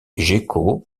geckos